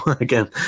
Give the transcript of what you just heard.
again